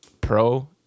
pro